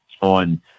on